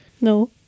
No